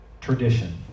tradition